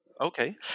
Okay